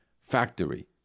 factory